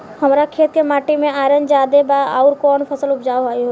हमरा खेत के माटी मे आयरन जादे बा आउर कौन फसल उपजाऊ होइ?